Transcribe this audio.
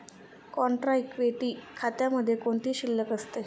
Contra equity खात्यामध्ये कोणती शिल्लक असते?